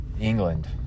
England